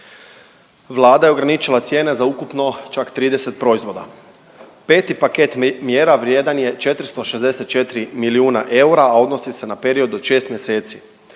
Vlada je ograničila cijene za ukupno čak 30 proizvoda. 5. paket mjera vrijedan je 464 milijuna eura, a odnosi se na period od 6 mjeseci.